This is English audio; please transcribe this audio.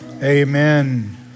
Amen